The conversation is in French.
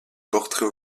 portrait